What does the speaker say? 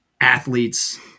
athletes